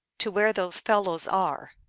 to where those fel lows are!